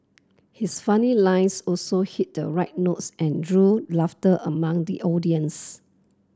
his funny lines also hit the right notes and drew laughter among the audience